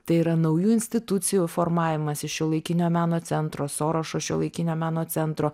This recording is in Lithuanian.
tai yra naujų institucijų formavimąsi šiuolaikinio meno centro sorošo šiuolaikinio meno centro